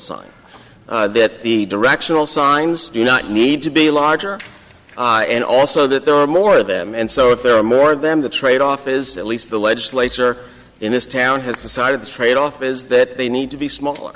signs that the directional signs do not need to be larger and also that there are more of them and so if there are more them the trade off is at least the legislature in this town has decided the trade off is that they need to be small